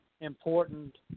important